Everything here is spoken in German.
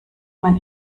man